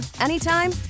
anytime